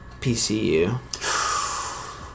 PCU